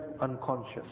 unconscious